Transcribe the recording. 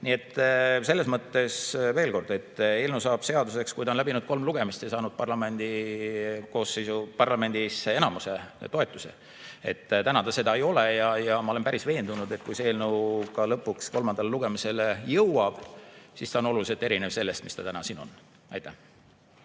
Nii et selles mõttes [ütlen] veel kord, et eelnõu saab seaduseks, kui ta on läbinud kolm lugemist ja saanud parlamendi enamuse toetuse. Täna ta seda ei ole ja ma olen päris veendunud, et kui see eelnõu lõpuks kolmandale lugemisele jõuab, siis on ta oluliselt erinev sellest, mis ta täna on. Aitäh,